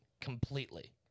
completely